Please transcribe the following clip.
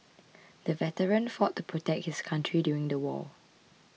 the veteran fought to protect his country during the war